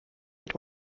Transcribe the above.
mit